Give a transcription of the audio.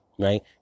right